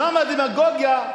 שם הדמגוגיה.